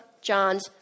John's